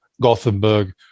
gothenburg